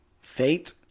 Fate